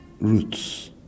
roots